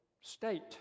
state